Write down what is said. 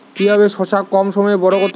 কিভাবে শশা কম সময়ে বড় করতে পারব?